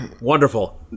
Wonderful